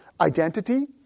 identity